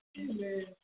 Amen